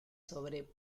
sobre